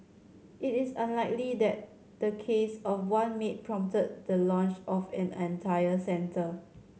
it is unlikely that the case of one maid prompted the launch of an entire centre